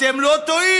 אתם לא טועים,